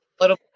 little